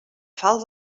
falç